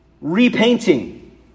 repainting